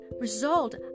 result